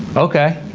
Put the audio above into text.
okay,